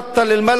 תל-אל-מלח,